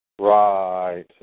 Right